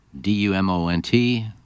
D-U-M-O-N-T